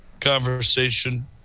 conversation